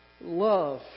love